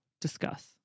Discuss